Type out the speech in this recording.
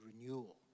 renewal